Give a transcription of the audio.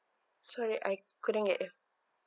sorry I couldn't get you